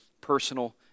personal